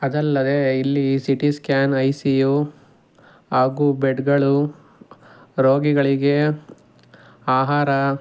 ಅದಲ್ಲದೆ ಇಲ್ಲಿ CT scan I C U ಹಾಗೂ ಬೆಡ್ಗಳು ರೋಗಿಗಳಿಗೆ ಆಹಾರ